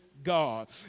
God